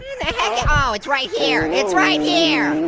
ah it's right here. it's right here,